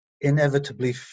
inevitably